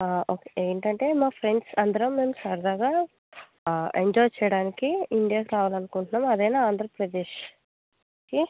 okay ఏంటంటే మా friends అందరం మేము సరదాగా ఎంజాయ్ చెయ్యడానికి ఇండియాకి రావాలనుకుంట్నాం అదే నా ఆంధ్రప్రదేశ్కి